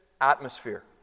atmosphere